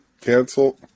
cancel